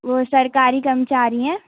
वो सरकारी कर्मचारी हैं